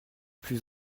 plus